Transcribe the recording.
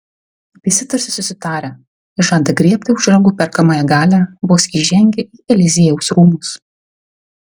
visi tarsi susitarę žada griebti už ragų perkamąją galią vos įžengę į eliziejaus rūmus